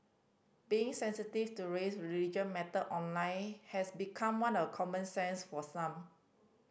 being sensitive to race religion matter online has become one of common sense for some